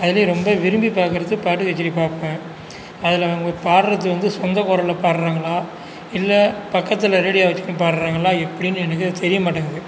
அதுலேயும் ரொம்ப விரும்பி பார்க்கறது பட்டுக்கச்சேரி பார்ப்பேன் அதில் அவங்க பாடுறது வந்து சொந்த குரலில் பாடுறாங்களா இல்லை பக்கத்தில் ரேடியோ வச்சுன்னு பாடுறாங்களா எப்படின்னு எனக்கு தெரியமாட்டேங்குது